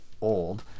old